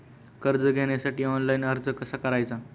कर्ज घेण्यासाठी ऑनलाइन अर्ज कसा करायचा?